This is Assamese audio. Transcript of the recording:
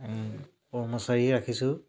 কৰ্মচাৰীয়ে ৰাখিছোঁ